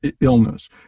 illness